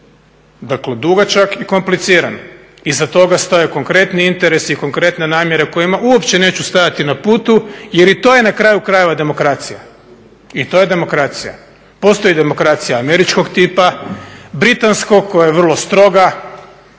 Dakle, dugačak i kompliciran. Iza toga stoje konkretni interesi, konkretne namjere kojima uopće neću stajati na putu jer i to je na kraju krajeva demokracija. Postoji demokracija američkog tipa, britanskog koja je vrlo stroga,